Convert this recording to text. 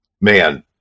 man